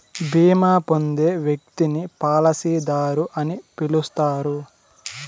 బీమా పొందే వ్యక్తిని పాలసీదారు అని పిలుస్తారు